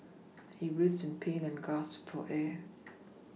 he writhed in pain and gasped for air